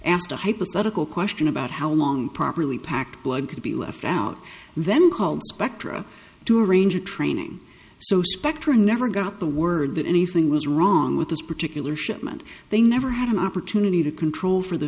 a hypothetical question about how long properly packed blood could be left out and then called spectra to arrange a training so spectra never got the word that anything was wrong with this particular shipment they never had an opportunity to control for the